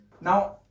Now